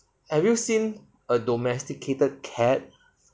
have you seen a domesticated cat